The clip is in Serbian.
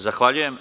Zahvaljujem.